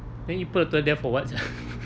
then you put the there for what sia